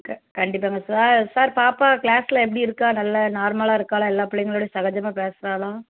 கண்டிப்பாங்க சார் ஆ சார் பாப்பா கிளாஸில் எப்படி இருக்கா நல்லா நார்மலாக இருக்காளா எல்லா பிள்ளைங்களோடயும் சகஜமாக பேசுகிறாளா